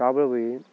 షాప్లోకి పోయి